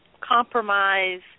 compromise